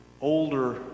older